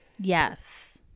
yes